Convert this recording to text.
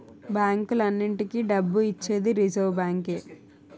బ్యాంకులన్నింటికీ డబ్బు ఇచ్చేది రిజర్వ్ బ్యాంకే